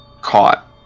caught